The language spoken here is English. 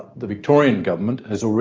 the victorian government has